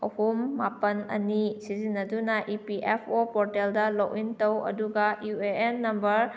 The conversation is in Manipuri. ꯑꯍꯨꯝ ꯃꯥꯄꯜ ꯑꯅꯤ ꯁꯤꯖꯤꯟꯅꯗꯨꯅ ꯏ ꯄꯤ ꯑꯦꯐ ꯑꯣ ꯄꯣꯔꯇꯦꯜꯗ ꯂꯣꯛꯏꯟ ꯇꯧ ꯑꯗꯨꯒ ꯏꯎ ꯑꯦ ꯑꯦꯟ ꯅꯝꯕꯔ